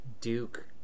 Duke